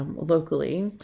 um locally,